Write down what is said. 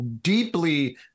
deeply